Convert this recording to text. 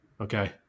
Okay